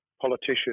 politician